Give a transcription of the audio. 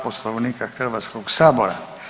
Poslovnika Hrvatskog sabora.